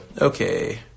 Okay